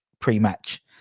pre-match